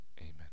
Amen